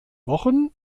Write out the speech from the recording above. wochen